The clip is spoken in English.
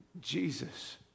Jesus